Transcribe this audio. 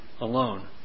alone